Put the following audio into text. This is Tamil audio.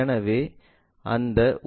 எனவே அந்த உதாரணத்தைப் பார்ப்போம்